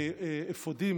אפודים,